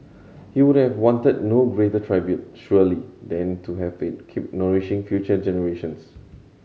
he would have wanted no greater tribute surely than to have it keep nourishing future generations